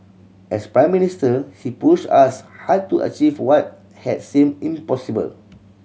as Prime Minister he pushed us hard to achieve what had seemed impossible